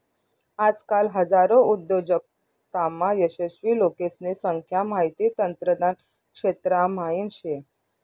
आजकाल हजारो उद्योजकतामा यशस्वी लोकेसने संख्या माहिती तंत्रज्ञान क्षेत्रा म्हाईन शे